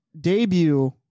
Debut